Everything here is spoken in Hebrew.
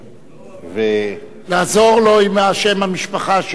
לעזור לו עם שם המשפחה שהוא שוכח.